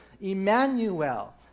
Emmanuel